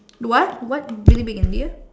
what what really being India